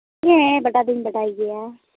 ᱦᱮᱸ ᱵᱟᱰᱟᱭ ᱫᱩᱧ ᱵᱟᱰᱟᱭ ᱜᱮᱭᱟ